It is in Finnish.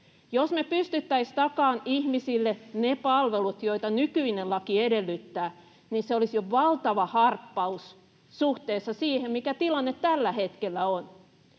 Jos me pystyttäisiin takaamaan ihmisille ne palvelut, joita nykyinen laki edellyttää, niin se olisi jo valtava harppaus suhteessa siihen, mikä tilanne tällä hetkellä on.